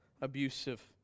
abusive